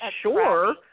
sure